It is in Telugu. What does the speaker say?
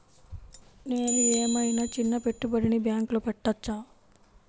నేను ఏమయినా చిన్న పెట్టుబడిని బ్యాంక్లో పెట్టచ్చా?